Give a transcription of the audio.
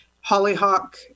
Hollyhock